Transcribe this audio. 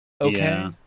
okay